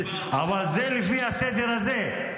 אבל לפי הסדר הזה.